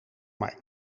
maar